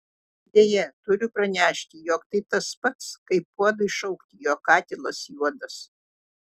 deja turiu pranešti jog tai tas pats kaip puodui šaukti jog katilas juodas